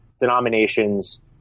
denominations